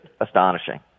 astonishing